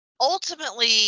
ultimately